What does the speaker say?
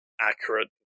accurate